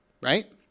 right